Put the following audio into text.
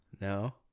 No